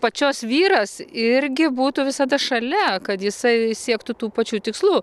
pačios vyras irgi būtų visada šalia kad jisai siektų tų pačių tikslų